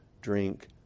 drink